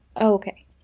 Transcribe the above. okay